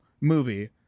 movie